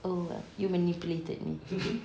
oh well you manipulated me